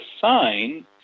sign